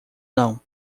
não